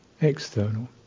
External